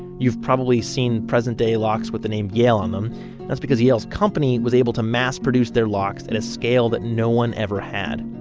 you've probably seen present day locks with the name yale on them that's because yale's company was able to mass produce their locks at and a scale that no one ever had.